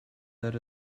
that